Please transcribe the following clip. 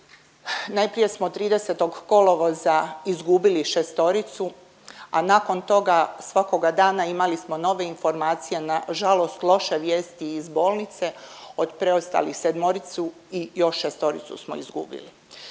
Najprije smo 30. kolovoza izgubili šestoricu, a nakon toga svakoga dana imali smo nove informacije, nažalost loše vijesti iz bolnice od preostalih sedmoricu i još šestoricu smo izgubili.